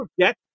forget